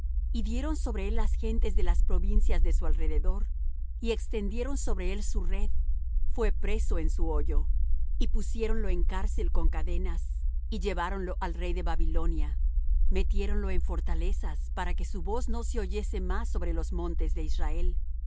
y dieron sobre él las gentes de las provincias de su alrededor y extendieron sobre él su red fué preso en su hoyo y pusiéronlo en cárcel con cadenas y lleváronlo al rey de babilonia metiéronlo en fortalezas para que su voz no se oyese más sobre los montes de israel